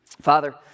Father